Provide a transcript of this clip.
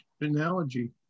analogy